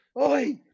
Oi